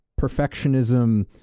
perfectionism